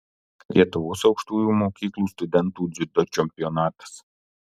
lietuvos aukštųjų mokyklų studentų dziudo čempionatas